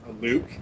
Luke